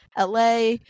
LA